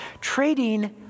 trading